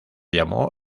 llamó